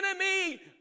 enemy